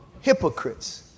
hypocrites